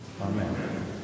Amen